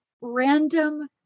random